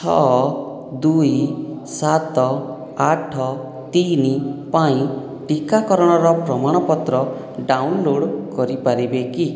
ଛଅ ଦୁଇ ସାତ ଆଠ ତିନି ପାଇଁ ଟିକାକରଣର ପ୍ରମାଣପତ୍ର ଡାଉନଲୋଡ଼୍ କରିପାରିବେ କି